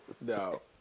No